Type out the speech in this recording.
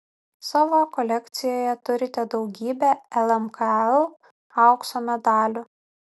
savo kolekcijoje turite daugybę lmkl aukso medalių